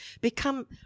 become